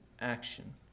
action